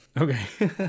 Okay